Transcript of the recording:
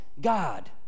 God